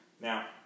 Now